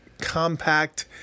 compact